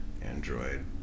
android